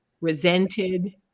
resented